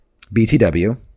BTW